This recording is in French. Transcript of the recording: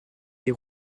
des